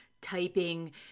typing